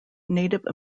native